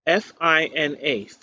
FINA